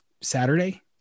Saturday